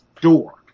door